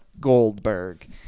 Goldberg